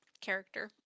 Character